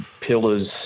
pillars